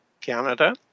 Canada